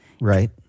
Right